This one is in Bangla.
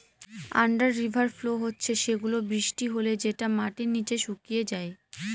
আন্ডার রিভার ফ্লো হচ্ছে সেগুলা বৃষ্টি হলে যেটা মাটির নিচে শুকিয়ে যায়